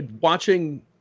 watching